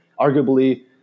arguably